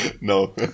No